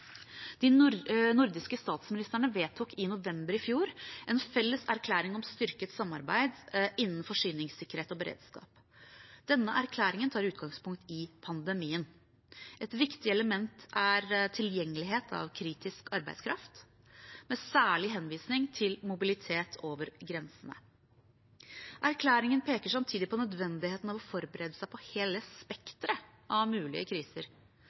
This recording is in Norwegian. De nordiske statsministrene vedtok i november i fjor en felles erklæring om styrket samarbeid innen forsyningssikkerhet og beredskap. Erklæringen tar utgangspunkt i pandemien. Et viktig element er tilgjengelighet av kritisk arbeidskraft, med særlig henvisning til mobilitet over grensene. Erklæringen peker samtidig på nødvendigheten av å forberede seg på hele spekteret av mulige kriser.